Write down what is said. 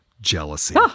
Jealousy